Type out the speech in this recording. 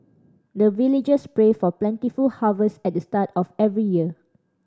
the villagers pray for plentiful harvest at the start of every year